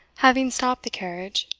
having stopped the carriage,